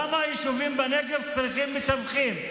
למה היישובים בנגב צריכים מתווכים?